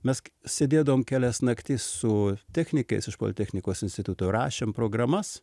mes sėdėdavom kelias naktis su technikais iš politechnikos instituto rašėm programas